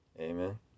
Amen